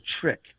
trick